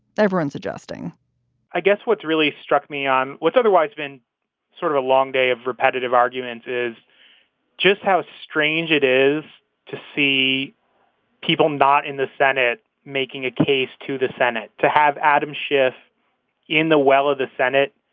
everyone's adjusting i guess what's really struck me on what's otherwise been sort of a long day of repetitive arguments is just how strange it is to see people not in the senate making a case to the senate to have adam schiff in the well of the senate,